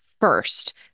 first